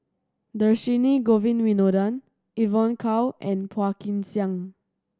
Dhershini Govin Winodan Evon Kow and Phua Kin Siang